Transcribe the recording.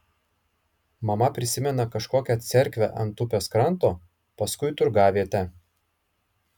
mama prisimena kažkokią cerkvę ant upės kranto paskui turgavietę